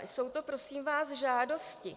Jsou to, prosím vás, žádosti.